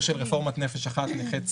רפורמת "נפש אחת", נכי צה"ל.